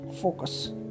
focus